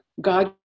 God